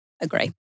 Agree